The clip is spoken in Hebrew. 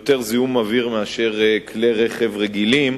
יותר זיהום מכלי רכב רגילים,